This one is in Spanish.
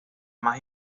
más